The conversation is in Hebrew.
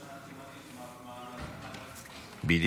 --- תימני שמעתיק מהעיראקים --- אבל עם תקציב.